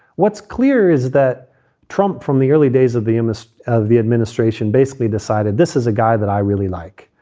what's clear is that trump, from the early days of the um end of the administration, basically decided this is a guy that i really like.